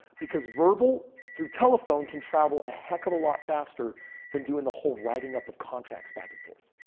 because verbal, through telephone can travel a heck of a lot faster than doing the whole writing up of contracts back and forth.